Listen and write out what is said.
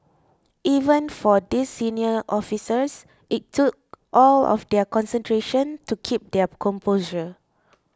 even for these senior officers it took all of their concentration to keep their composure